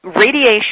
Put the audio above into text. radiation